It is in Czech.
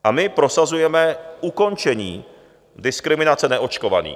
A my prosazujeme ukončení diskriminace neočkovaných.